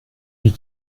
wie